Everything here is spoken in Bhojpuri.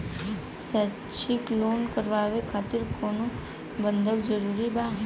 शैक्षणिक लोन करावे खातिर कउनो बंधक जरूरी बा?